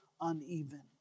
uneven